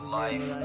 life